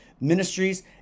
ministries